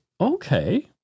Okay